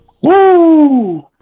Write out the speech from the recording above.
Woo